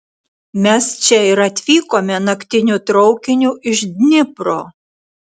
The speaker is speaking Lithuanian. mes čia ir atvykome naktiniu traukiniu iš dnipro